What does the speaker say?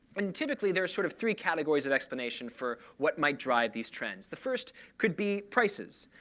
and typically, there are sort of three categories of explanation for what might drive these trends. the first could be prices.